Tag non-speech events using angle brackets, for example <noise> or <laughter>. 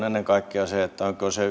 <unintelligible> ennen kaikkea siihen onko se <unintelligible>